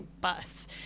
bus